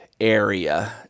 area